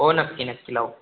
हो नक्की नक्की लावू